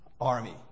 army